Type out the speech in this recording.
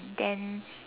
then